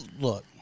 look